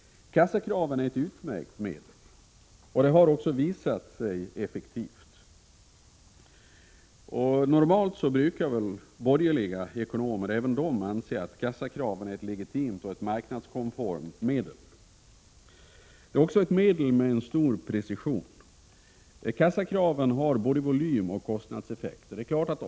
Kassakraven är ett utmärkt medel, som också har visat sig effektivt. Normalt brukar även borgerliga ekonomer anse att kassakrav är ett legitimt och marknadskonformt medel. Det är också ett medel med en stor precision. Kassakraven har både volymoch kostnadseffekter.